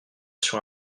sur